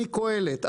מקהלת,